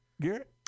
Garrett